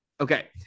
Okay